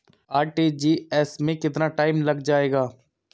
RTGS में कितना time लग जाएगा?